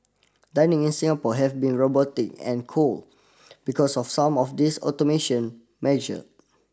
dining in Singapore have been robotic and cold because of some of these automation measure